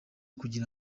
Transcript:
kugira